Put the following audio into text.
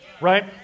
right